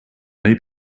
may